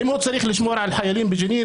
אם הוא צריך לשמור על חיילים בג'נין,